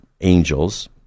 angels